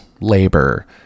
labor